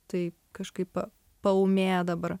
tai kažkaip paūmėja dabar